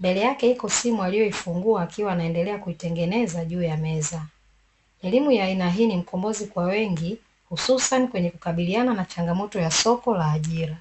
mbele yake iko simu aliyoifunua akiwa anaendelea kuitengeneza juu ya meza. Elimu ya aina hii ni mkombozi kwa wengi hususani kwenye kukabiliana na changamoto ya soko la ajira.